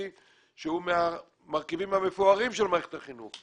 שהוא מהמרכיבים המפוארים של מערכת החינוך,